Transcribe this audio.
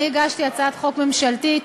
אני הגשתי הצעת חוק ממשלתית.